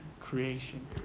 creation